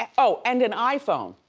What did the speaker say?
and oh and an iphone.